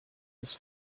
his